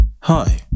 Hi